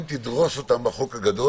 אם תדרוס אותם בחוק הגדול,